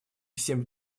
всем